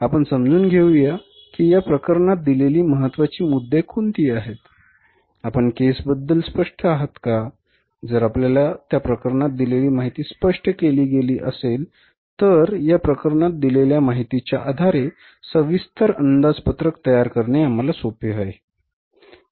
आपण समजून घेऊया की या प्रकरणात दिलेली महत्त्वाची मुद्दे कोणती आहेत आपण केसबद्दल स्पष्ट आहात का जर आपल्याला त्या प्रकरणात दिलेली माहिती स्पष्ट केली गेली असेल तर या प्रकरणात दिलेल्या माहितीच्या आधारे सविस्तर अंदाजपत्रक तयार करणे आम्हाला सोपे आहे